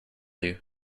you